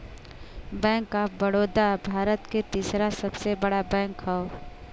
bank of Baroda Bharat के तीसरा सबसे बड़ा बैंक हौ